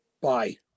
Bye